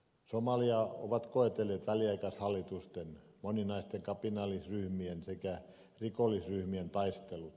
somaliaa ovat koetelleet väliaikaishallitusten moninaisten kapinallisryhmien sekä rikollisryhmien taistelut